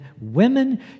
women